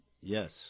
Yes